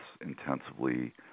intensively